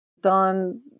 Don